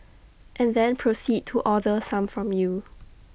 and then proceed to order some from you